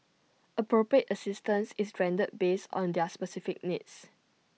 appropriate assistance is rendered based on their specific needs